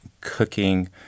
cooking